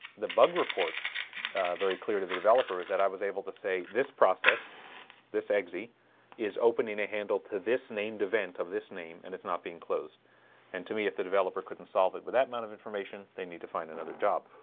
the bug report very clear to the developer is that i was able to say this process this eggsy is opening a handle to this named event of this name and it's not being closed and to me if the developer couldn't solve it with that amount of information. they need to find another job